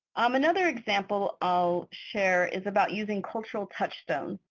um another example um i'll share is about using cultural touch stone.